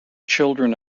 children